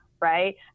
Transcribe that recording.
Right